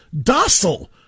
docile